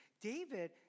David